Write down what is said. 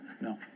no